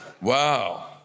wow